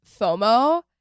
FOMO